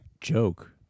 joke